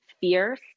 fierce